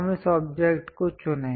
हम इस ऑब्जेक्ट को चुनें